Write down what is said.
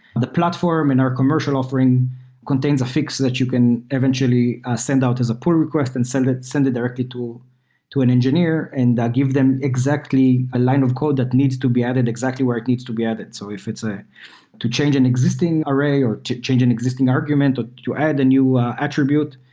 the platform in our commercial offering contains a fix that you can eventually send out as a pull request and send it directly to to an engineer and give them exactly a line of code that needs to be added exactly where it needs to be added. so if it's to change an existing array or to change an existing argument or to add a new attribute,